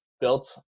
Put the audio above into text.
built